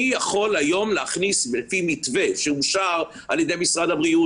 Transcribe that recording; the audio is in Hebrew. אני יכול היום להכניס לפי מתווה שאושר על ידי משרד הבריאות